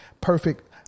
perfect